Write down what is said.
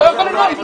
הוא לא יכול לנאום.